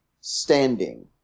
standing